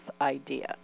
idea